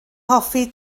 hoffi